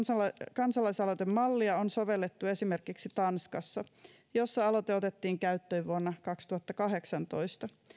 kansalaisaloitemallia on sovellettu esimerkiksi tanskassa missä aloite otettiin käyttöön vuonna kaksituhattakahdeksantoista